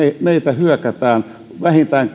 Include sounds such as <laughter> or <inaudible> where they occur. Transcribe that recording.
meitä vastaan muun muassa hyökätään vähintään <unintelligible>